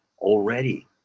already